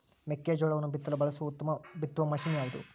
ಮೆಕ್ಕೆಜೋಳವನ್ನು ಬಿತ್ತಲು ಬಳಸುವ ಉತ್ತಮ ಬಿತ್ತುವ ಮಷೇನ್ ಯಾವುದು?